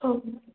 ହଉ